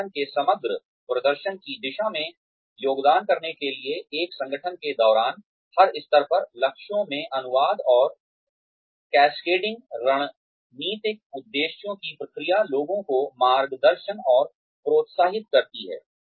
संगठन के समग्र प्रदर्शन की दिशा में योगदान करने के लिए एक संगठन के दौरान हर स्तर पर लक्ष्यों में अनुवाद और कैस्केडिंग रणनीतिक उद्देश्यों की प्रक्रिया लोगों को मार्गदर्शन और प्रोत्साहित करती है